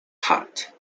hat